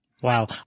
Wow